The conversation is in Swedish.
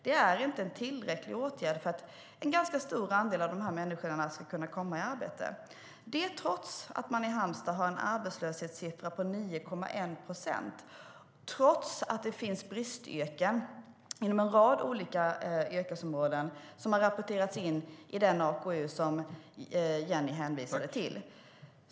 Det är inte en tillräcklig åtgärd för att en ganska stor andel av de här människorna ska komma i arbete, trots att man i Halmstad har en arbetslöshetssiffra på 9,1 procent och trots att det finns bristyrken inom en rad olika yrkesområden som har rapporterats in i den AKU som Jenny hänvisade till.